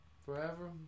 forever